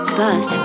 thus